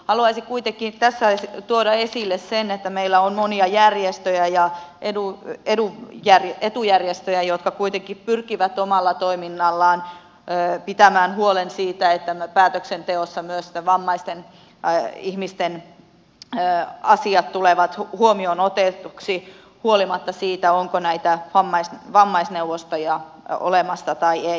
haluaisin kuitenkin tässä tuoda esille sen että meillä on monia järjestöjä ja etujärjestöjä jotka pyrkivät omalla toiminnallaan pitämään huolen siitä että päätöksenteossa myös vammaisten ihmisten asiat tulevat huomioon otetuksi huolimatta siitä onko näitä vammaisneuvostoja olemassa tai ei